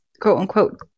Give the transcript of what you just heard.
quote-unquote